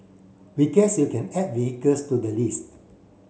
we guess you can add vehicles to the list